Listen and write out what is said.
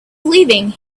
leaving